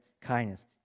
kindness